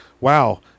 wow